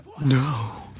No